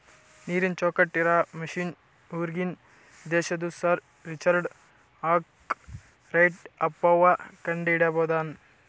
ನೀರನ್ ಚೌಕ್ಟ್ ಇರಾ ಮಷಿನ್ ಹೂರ್ಗಿನ್ ದೇಶದು ಸರ್ ರಿಚರ್ಡ್ ಆರ್ಕ್ ರೈಟ್ ಅಂಬವ್ವ ಕಂಡಹಿಡದಾನ್